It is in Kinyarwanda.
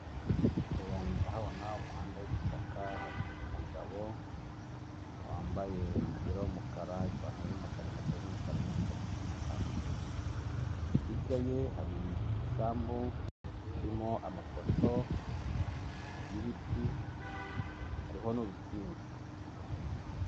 Imbere yanjye ndahabona umuhanda w'igitaka, hari umugabo wambaye umupira w'umukara, ipantalo y'umukara, inkweto z'umukara n'igikapu cy'umukara, hirya ye hari igisambu kirimo amapoto y'ibiti hariho n'urutsinga.